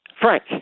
frank